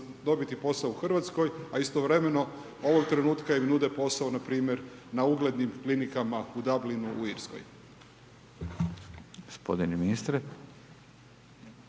dobiti posao u Hrvatskoj, a istovremeno ovog trenutka vam nude posao, npr. na uglednim klinikama u Dublinu u Irskoj.